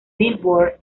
billboard